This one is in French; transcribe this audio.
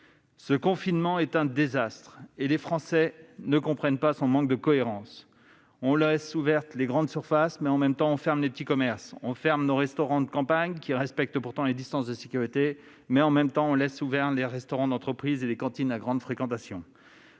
Ce confinement est un désastre, et les Français ne comprennent pas son manque de cohérence. On laisse ouvertes les grandes surfaces, mais en même temps on ferme les petits commerces. On ferme les restaurants de campagne, alors qu'ils respectent les distances de sécurité, mais en même temps on laisse ouverts les restaurants d'entreprise ou les cantines à grande fréquentation.